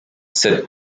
cette